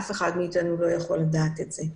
אף אחד מאיתנו לא יכול לדעת את זה.